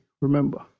Remember